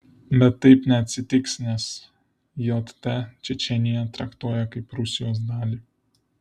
bet taip neatsitiks nes jt čečėniją traktuoja kaip rusijos dalį